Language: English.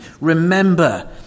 remember